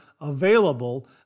available